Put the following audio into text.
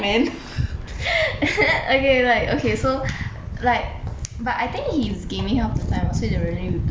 okay like okay so like but I think he's gaming half the time so he don't really reply to chats much